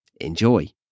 Enjoy